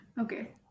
Okay